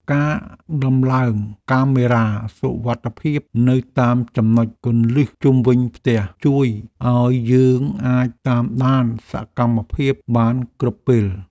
ការដំឡើងកាមេរ៉ាសុវត្ថិភាពនៅតាមចំណុចគន្លឹះជុំវិញផ្ទះជួយឱ្យយើងអាចតាមដានសកម្មភាពបានគ្រប់ពេល។